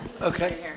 Okay